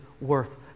worth